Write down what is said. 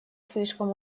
слишком